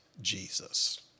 Jesus